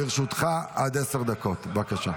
לרשותך עד עשר דקות, בבקשה.